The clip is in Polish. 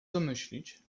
domyślić